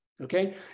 okay